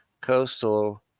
coastal